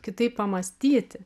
kitaip pamąstyti